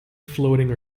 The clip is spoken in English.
floating